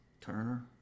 Turner